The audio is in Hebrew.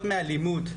שסובלות מאלימות,